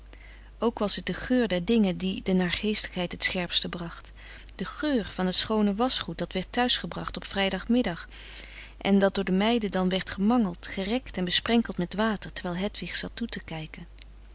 ook was het de geur der dingen die de naargeestigheid het scherpste bracht de geur van het schoone waschgoed dat werd thuisgebracht op vrijdagmiddagen en frederik van eeden van de koele meren des doods dat door de meiden dan werd gemangeld gerekt en besprenkeld met water terwijl hedwig zat toe te kijken